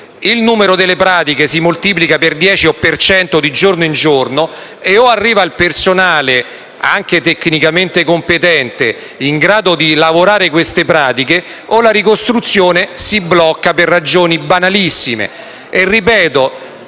il numero delle pratiche si moltiplica per dieci o per cento di giorno in giorno e se non arriva il personale, anche tecnicamente competente, in grado di lavorare le pratiche, la ricostruzione si blocca per ragioni banalissime. Invito